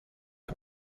get